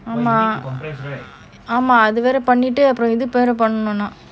ஆமா ஆமா அது வேற பங்கிட்டு இது வேற பண்ணனும் நான்:ama ama athu vera panitu ithu vera pannanum naan